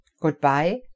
Goodbye